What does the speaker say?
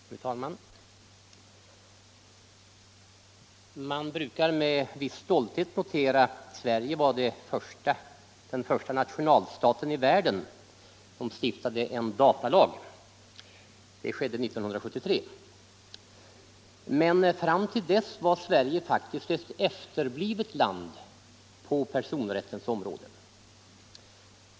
Fru talman! Man brukar med viss stolthet notera att Sverige var den första nationalstaten i världen som stiftade en datalag. Det skedde 1973. Men fram till dess var Sverige faktiskt ett efterblivet land på personrättens område.